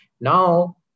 Now